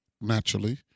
naturally